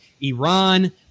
Iran